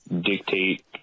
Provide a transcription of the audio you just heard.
dictate